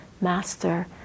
master